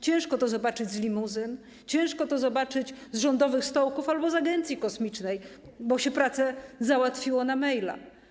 Ciężko to zobaczyć z limuzyn, ciężko to zobaczyć z rządowych stołków albo z agencji kosmicznej - bo się pracę załatwiło przez maila.